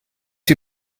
die